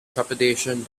trepidation